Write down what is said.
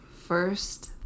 first